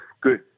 Good